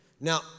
Now